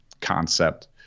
concept